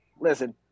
Listen